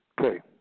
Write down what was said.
Okay